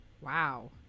Wow